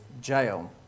jail